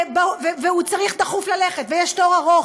והוא צריך דחוף ללכת, ויש תור ארוך,